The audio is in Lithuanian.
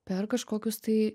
per kažkokius tai